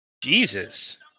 Jesus